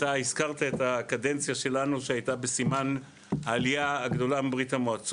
אתה הזכרת את הקדנציה שלנו שהייתה בסימן העלייה הגדולה מברה"מ.